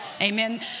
Amen